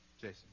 Jason